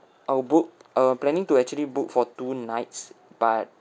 I will book I'm planning to actually book for two nights but